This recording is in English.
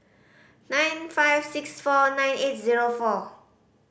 nine five six four nine eight zero four